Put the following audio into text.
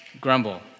grumble